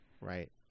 Right